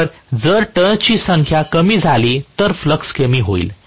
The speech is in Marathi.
तर जर टर्न्स ची संख्या कमी झाली तर फ्लक्स कमी होईल